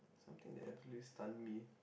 something that actually stun me